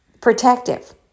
protective